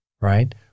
right